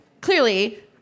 clearly